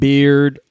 Beard